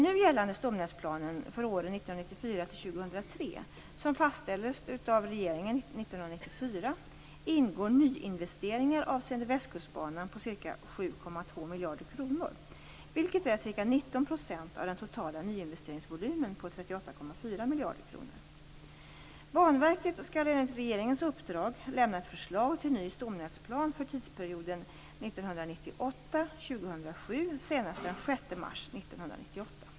Bakgrunden till frågan är att utbyggnaden av miljarder kronor, vilket är ca 19 % av den totala nyinvesteringsvolymen på 38,4 miljarder kronor. 2007 senast den 6 mars 1998.